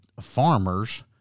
farmers